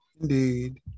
Indeed